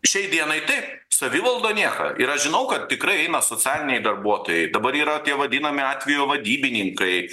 šiai dienai taip savivaldoj nieko ir aš žinau kad tikrai eina socialiniai darbuotojai dabar yra tie vadinami atvejo vadybininkai